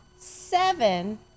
seven